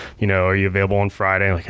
you know are you available on friday? like yeah